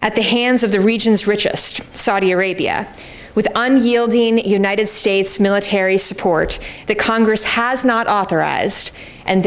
at the hands of the region's richest saudi arabia with united states military support that congress has not authorized and